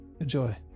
enjoy